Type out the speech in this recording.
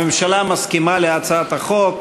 הממשלה מסכימה להצעת החוק,